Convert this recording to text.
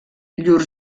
llurs